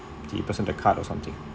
the person the card or something